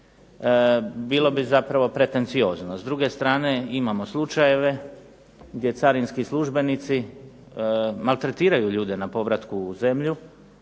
bilo bi zapravo pretenciozno. S druge strane, imamo slučajeve gdje carinski službenici maltretiraju ljude na povratku u zemlju